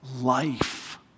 life